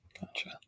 gotcha